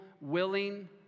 willing